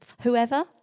whoever